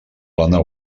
plana